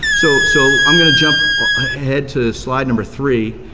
so so i'm gonna jump ahead to slide number three.